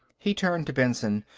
he turned to benson.